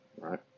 right